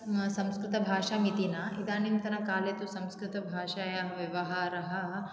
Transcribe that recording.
संस्कृतभाषाम् इति न इदानीन्तनकाले तु संस्कृतभाषायाः व्यवहारः